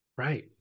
Right